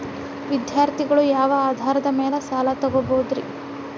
ವಿದ್ಯಾರ್ಥಿಗಳು ಯಾವ ಆಧಾರದ ಮ್ಯಾಲ ಸಾಲ ತಗೋಬೋದ್ರಿ?